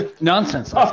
nonsense